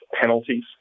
penalties